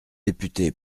député